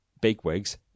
bigwigs